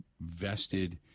vested